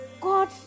God